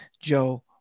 joe